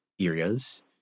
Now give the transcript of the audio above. areas